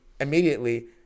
immediately